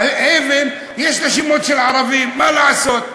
האבן, יש לה שמות של ערבים, מה לעשות.